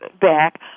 back